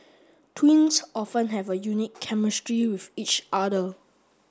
twins often have a unique chemistry with each other